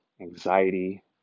anxiety